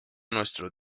nuestros